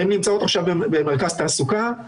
הן נמצאות עכשיו במרכז תעסוקה,